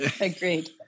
Agreed